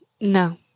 No